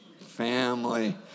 family